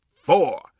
four